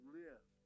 live